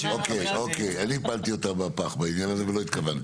אני הפלתי אותה בפח בעניין הזה ולא התכוונתי.